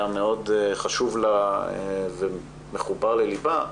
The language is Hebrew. היה מאוד חשוב לה ומחובר לליבה,